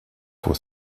for